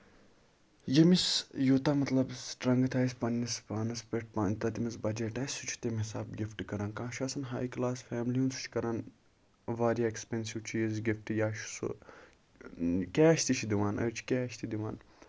ییٚمِس یوٗتاہ مطلب سٹرنگٕتھ آسہِ پَنٕنِس پانَس پٮ۪ٹھ پَتہٕ تٔمِس بَجٹ آسہِ سُہ چھُ تٔمہِ حِسابہٕ گِفٹ کران کانٛہہ چھُ آسان ہاے کٕلاس فیملی ہُند سُہ چھُ کران واریاہ ایٚکٕسپیٚنسو چیٖز گِفٹ یا چھُ سُہ کیش تہِ چھُ دِوان أڑۍ چھِ کیش تہِ دِوان